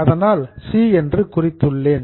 அதனால் சி என்று குறித்துள்ளேன்